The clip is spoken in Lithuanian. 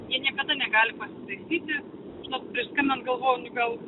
jie niekada negali pasitaisyti žinot prieš skambinant galvojau nu gal